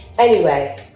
anyway,